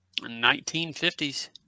1950s